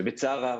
ובצער רב,